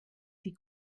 die